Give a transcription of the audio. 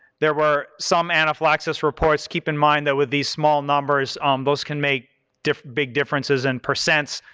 there were some anaphylaxis reports. keep in mind that with these small numbers those can make big differences in percents,